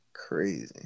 Crazy